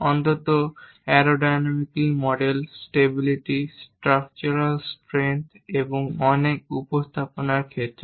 অন্তত aerodynamical model stability structural strength এবং অনেক উপস্থাপনার ক্ষেত্রে